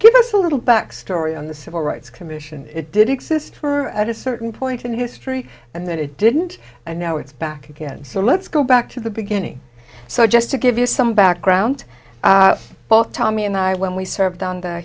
give us a little backstory on the civil rights commission if it did exist at a certain point in history and then it didn't and now it's back again so let's go back to the beginning so just to give you some background both tommy and i when we served on t